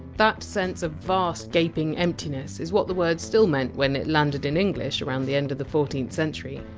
that sense of vast gaping emptiness is what the word still meant when it landed in english around the end of the fourteenth century.